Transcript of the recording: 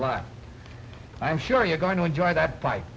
a lot i'm sure you're going to enjoy that